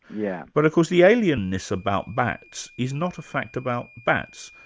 yeah but of course the alienness about bats is not a fact about bats,